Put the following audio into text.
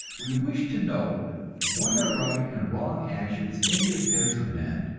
we wish to know what are right and wrong actions in the affairs of men,